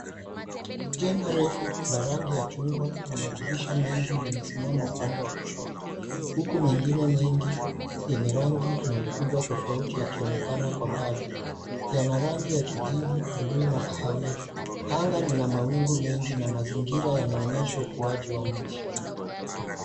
Jengo refu la rangi ya chungwa na madirisha mengi, limesimama upande wa kushoto, huku mengine mengi yenye rangi na ukubwa tofauti yakionekana kwa mbali. Yana rangi ya kijivu, buluu na kahawia. Anga lina mawingu mengi na mazingira yanaonyesha ukuaji wa mji.